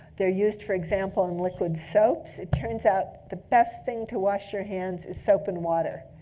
they're used, for example, in liquid soaps. it turns out the best thing to wash your hands is soap and water.